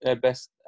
best